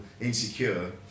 insecure